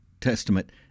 Testament